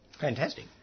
Fantastic